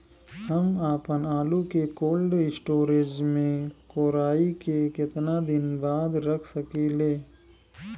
हम आपनआलू के कोल्ड स्टोरेज में कोराई के केतना दिन बाद रख साकिले?